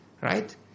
Right